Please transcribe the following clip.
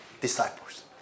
disciples